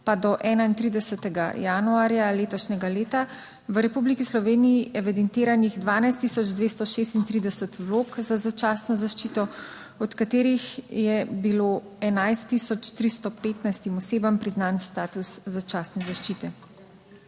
pa do 31. januarja letošnjega leta, v Republiki Sloveniji evidentiranih 12 tisoč 236 vlog za začasno zaščito, od katerih je bilo 11 tisoč 315 osebam priznan status začasne zaščite.